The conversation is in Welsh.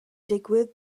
digwydd